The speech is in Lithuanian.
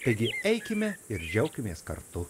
taigi eikime ir džiaukimės kartu